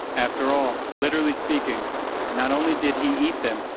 after all, literally speaking not only did he eat them,